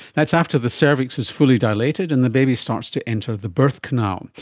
that's after the cervix is fully dilated and the baby starts to enter the birth canal.